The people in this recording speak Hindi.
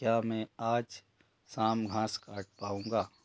क्या मैं आज शाम घास काट पाऊँगा